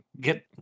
get